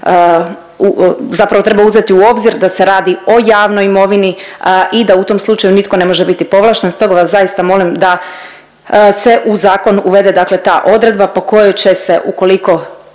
zapravo treba uzeti u obzir da se radi o javnoj imovini i da u tom slučaju nitko ne može biti povlašten. Stoga vas zaista molim da se u zakon uvede dakle ta odredba po kojoj će se ukoliko